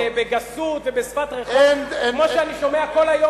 בגסות ובשפת רחוב, כמו שאני שומע כל היום